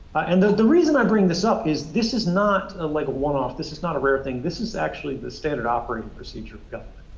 and the the reason i bring this up is this is not ah like a one-off. this is not a rare thing. this is actually the standard operating procedure of